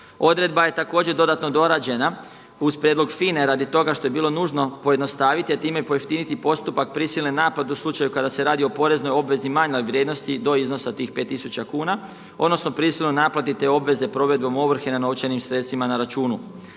Odredba je također dodatno dorađena uz prijedlog FINA-e radi toga što je bilo nužno pojednostaviti, a time i pojeftiniti postupak prisilne naplate u slučaju kada se radi o poreznoj obvezi u manjoj vrijednosti do iznosa tih 5 tisuća kuna, odnosno prisilnoj naplati te obveze provedbom ovrhe na novčanim sredstvima na računu.